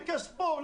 בכספו.